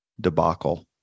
debacle